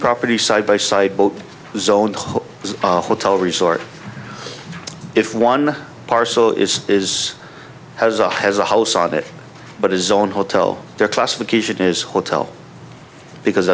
properties side by side both zones tell resort if one parcel is is has a has a house on it but his own hotel there classification is hotel because